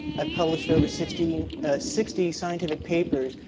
i've published over sixty sixty scientific papers,